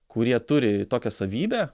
kurie turi tokią savybę